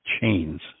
chains